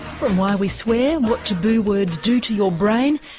from why we swear, what taboo words do to your brain,